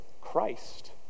Christ